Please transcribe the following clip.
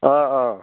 অ' অ'